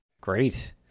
Great